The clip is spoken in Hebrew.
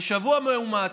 בשבוע מאומץ.